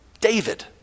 David